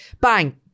bang